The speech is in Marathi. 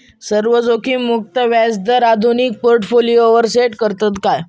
सर्व जोखीममुक्त व्याजदर आधुनिक पोर्टफोलियोवर सेट करतत काय?